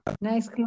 Nice